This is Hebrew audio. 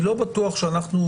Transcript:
אני לא בטוח שאנחנו,